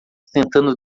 tentando